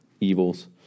evils